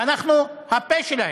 ואנחנו הפה שלהם.